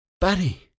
Buddy